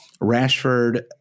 Rashford